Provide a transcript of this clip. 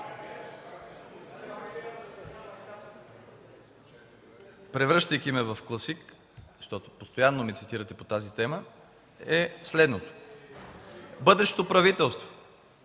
превръщайки ме в класик, защото постоянно ме цитирате по тази тема, е следното: „Бъдещо правителство,